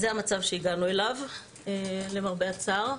זה המצב שהגענו אליו, למרבה הצער.